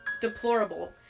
deplorable